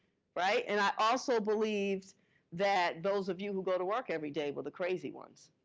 right? and i also believed that those of you who go to work every day were the crazy ones.